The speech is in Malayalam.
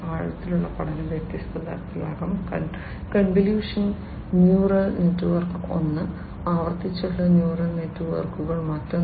ആഴത്തിലുള്ള പഠനം വ്യത്യസ്ത തരത്തിലാകാം കൺവല്യൂഷണൽ ന്യൂറൽ നെറ്റ്വർക്ക് ഒന്ന് ആവർത്തിച്ചുള്ള ന്യൂറൽ നെറ്റ്വർക്കുകൾ മറ്റൊന്ന്